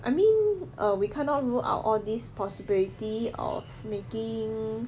I mean err we cannot rule out all this possibility of making